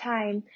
Time